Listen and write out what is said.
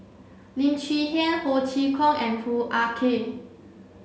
Lim Chwee Chian Ho Chee Kong and Hoo Ah Kay